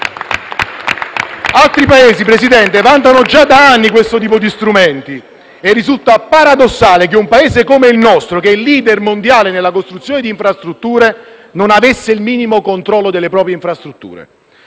Altri Paesi, Signor Presidente, vantano già da anni questo tipo di strumenti e risulta paradossale che un Paese come il nostro, *leader* mondiale nella costruzione di infrastrutture, non avesse il minimo controllo delle proprie infrastrutture.